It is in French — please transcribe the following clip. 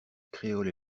créole